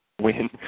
Win